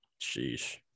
Sheesh